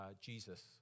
Jesus